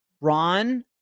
Ron